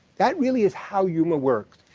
that really is how humor works.